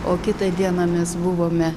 o kitą dieną mes buvome